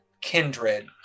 kindred